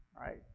right